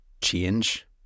change